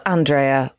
Andrea